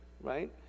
right